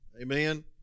Amen